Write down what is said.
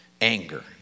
Anger